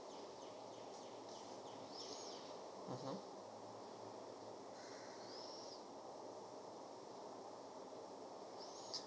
mmhmm